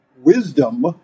Wisdom